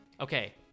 Okay